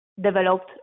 developed